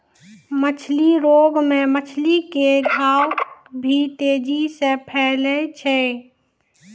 मछली रोग मे मछली के घाव भी तेजी से फैलै छै